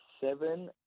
seven